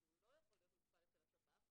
שהוא לא יכול להיות מטופל אצל השפ"ח,